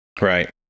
Right